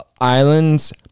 islands